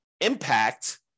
impact